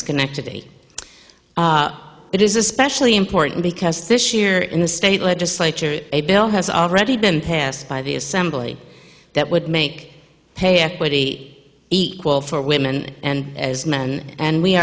schenectady it is especially important because this year in the state legislature a bill has already been passed by the assembly that would make pay equity equal for women and as men and we